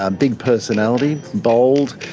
ah big personality, bold,